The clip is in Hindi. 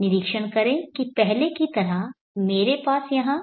निरीक्षण करें कि पहले की तरह मेरे पास यहाँ